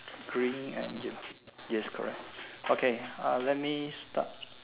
green and yes correct okay uh let me start